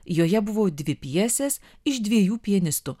joje buvo dvi pjesės iš dviejų pianistų